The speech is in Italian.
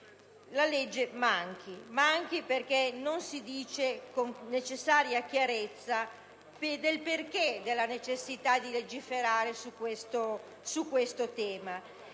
la legge manchi, perché non si spiega con la necessaria chiarezza il perché della necessità di legiferare su questo tema.